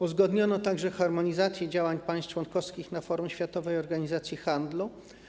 Uzgodniono także harmonizację działań państw członkowskich na forum Światowej Organizacji Handlu.